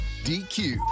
DQ